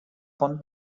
von